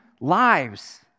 lives